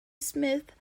smith